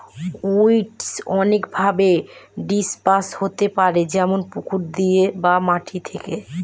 weed অনেকভাবে disperse হতে পারে যেমন পুকুর দিয়ে বা মাটি থেকে